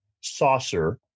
saucer